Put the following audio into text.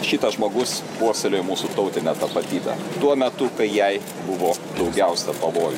šitas žmogus puoselėjo mūsų tautinę tapatybę tuo metu kai jai buvo daugiausia pavojų